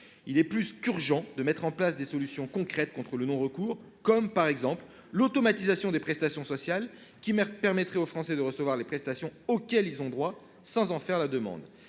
Il est plus qu'urgent de mettre en place des solutions concrètes contre le non-recours, comme l'automatisation des prestations sociales, qui permettrait aux Français de recevoir les prestations auxquelles ils ont droit sans en faire la demande.